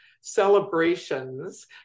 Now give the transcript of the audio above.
celebrations